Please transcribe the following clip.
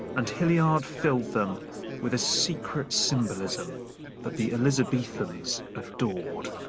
and hilliard filled them with a secret symbolism that the elizabethans adored